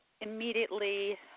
immediately